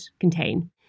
contain